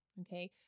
okay